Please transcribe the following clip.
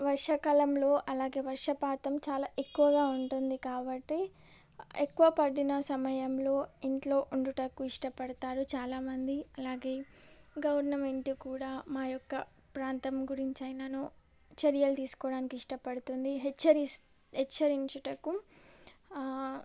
వర్షాకాలంలో అలాగే వర్షపాతం చాలా ఎక్కువగా ఉంటుంది కాబట్టి ఎక్కువ పడిన సమయములో ఇంట్లో ఉండుటకు ఇష్టపడతారు చాలామంది అలాగే గవర్నమెంట్ కూడా మా యొక్క ప్రాంతం గురించి అయినను చర్యలు తీసుకోవడానికి ఇష్టపడుతుంది హెచ్చరించుటకు